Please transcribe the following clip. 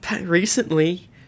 recently